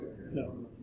No